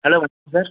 hello வணக்கம் sir